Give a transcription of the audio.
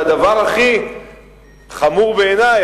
והדבר הכי חמור בעיני,